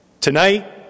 Tonight